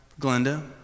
Glenda